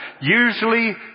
usually